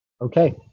Okay